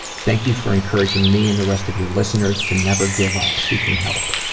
thank you for encouraging me and the rest of your listeners to never give up seeking help.